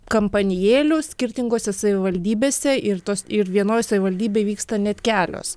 kampanijėlių skirtingose savivaldybėse ir tos ir vienoje savivaldybėje vyksta net kelios